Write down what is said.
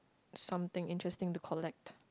something interesting to collect